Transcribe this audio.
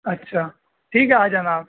اچھا ٹھیک ہے آ جانا آپ